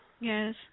Yes